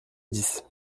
dix